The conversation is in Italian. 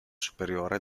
superiore